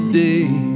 day